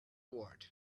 ward